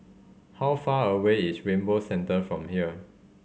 how far away is Rainbow Centre from here